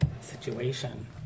situation